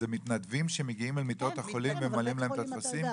אלה מתנדבים שמגיעים למיטות החולים וממלאים להם את הטפסים?